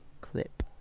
clip